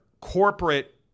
corporate